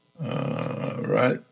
right